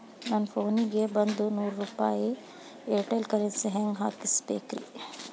ನನ್ನ ಫೋನಿಗೆ ಒಂದ್ ನೂರು ರೂಪಾಯಿ ಏರ್ಟೆಲ್ ಕರೆನ್ಸಿ ಹೆಂಗ್ ಹಾಕಿಸ್ಬೇಕ್ರಿ?